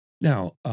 Now